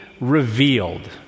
revealed